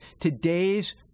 today's